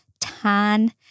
Tan